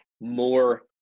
more